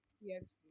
Yes